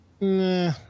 Nah